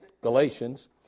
galatians